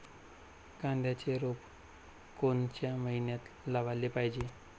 कांद्याचं रोप कोनच्या मइन्यात लावाले पायजे?